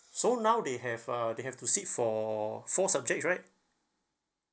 so now they have uh they have to sit for four subject right